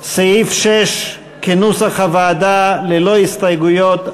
סעיף 6, כנוסח הוועדה, ללא הסתייגויות.